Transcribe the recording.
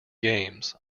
games